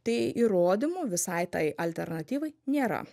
tai įrodymų visai tai alternatyvai nėra